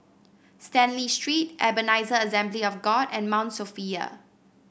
Stanley Street Ebenezer Assembly of God and Mount Sophia